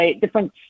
different